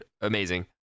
amazing